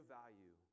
value